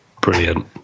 Brilliant